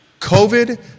COVID